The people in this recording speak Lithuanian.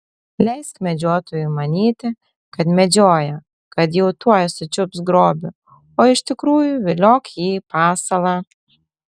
leisk medžiotojui manyti kad medžioja kad jau tuoj sučiups grobį o iš tikrųjų viliok jį į pasalą